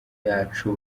yacu